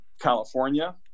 California